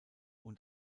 und